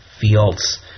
fields